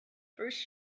first